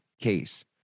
case